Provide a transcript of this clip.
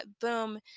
boom